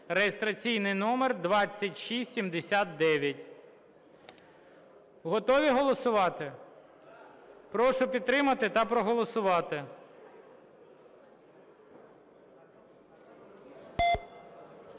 (реєстраційний номер 2679). Готові голосувати? Прошу підтримати та проголосувати.